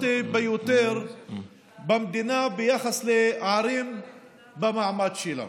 ביותר במדינה ביחס לערים במעמד שלה.